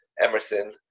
emerson